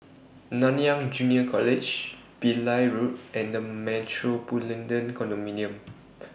Nanyang Junior College Pillai Road and The Metropolitan